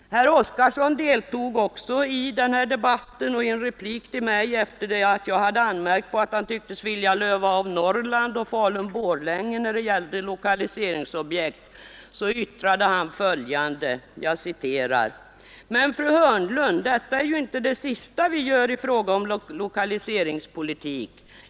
Herr Oskarson deltog också i den här debatten, och i en replik till mig efter det att jag hade anmärkt på att han tycktes vilja löva av Norrland och Falun—Borlänge när det gällde lokaliseringsobjekt yttrade han följande: ”Men, fru Hörnlund, detta är ju inte det sista vi gör i fråga om lokaliseringspolitik.